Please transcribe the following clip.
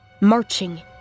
marching